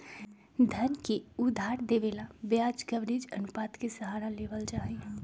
धन के उधार देवे ला ब्याज कवरेज अनुपात के सहारा लेवल जाहई